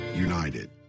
united